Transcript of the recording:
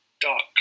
dark